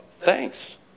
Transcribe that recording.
Thanks